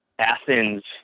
Athens